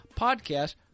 podcast